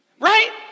Right